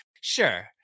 sure